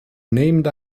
named